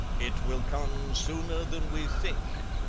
it will come sooner than we think,